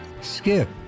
Skip